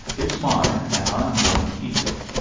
it's mine, and i'm going to keep it.